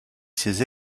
ses